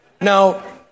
Now